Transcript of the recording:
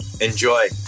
Enjoy